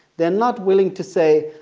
they're not willing to say,